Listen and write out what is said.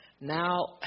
Now